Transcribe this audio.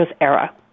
era